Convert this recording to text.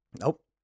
Nope